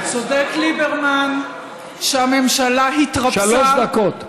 צודק ליברמן שהממשלה התרפסה, שלוש דקות.